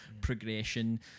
progression